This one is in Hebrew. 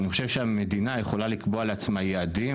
אני חושב שהמדינה יכולה לקבוע לעצמה יעדים,